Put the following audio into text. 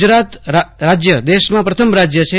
ગુજરાત રાજ્ય દેશમાં પ્રથમ રાજ્ય છે